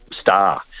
star